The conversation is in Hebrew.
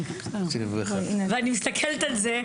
ואני מסתכלת על זה,